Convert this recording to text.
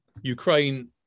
Ukraine